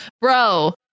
bro